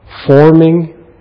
forming